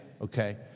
okay